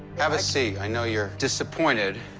have a seat. i know you're disappointed.